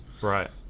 Right